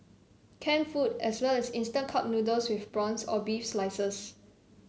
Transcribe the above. canned food as well as instant cup noodles with prawns or beef slices